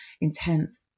intense